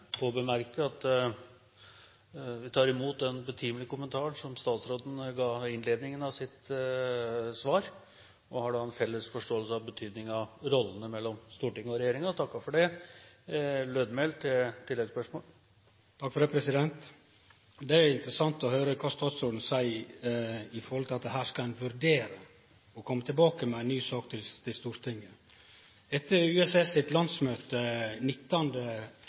få bemerke at han tar imot den betimelige kommentaren som statsråden ga i innledningen av sitt svar. Man har da en felles forståelse av betydningen av rollene mellom Stortinget og regjeringen, og takker for det. Det er interessant å høyre kva statsråden seier, at ein her skal vurdere å kome tilbake med ei ny sak til Stortinget. Etter USS sitt landsmøte 19.